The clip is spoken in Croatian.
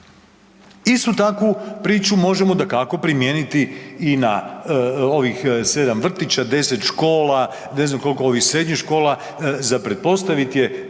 Istu takvu priču možemo dakako primijeniti i na ovih 7 vrtića, 10 škola, ne znam koliko ovih srednjih škola, za pretpostaviti je